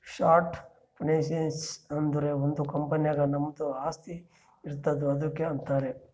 short finance ಅಂದುರ್ ಒಂದ್ company ನಾಗ್ ನಮ್ದು ಆಸ್ತಿ ಇರ್ತುದ್ ಅದುಕ್ಕ ಅಂತಾರ್